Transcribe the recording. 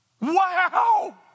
Wow